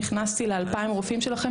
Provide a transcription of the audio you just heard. נכנסתי ל-2,000 רופאים שלכם,